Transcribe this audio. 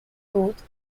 goods